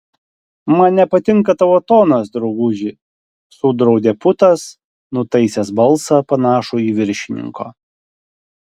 man nepatinka tavo tonas drauguži sudraudė putas nutaisęs balsą panašų į viršininko